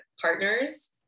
partners